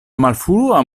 malfrua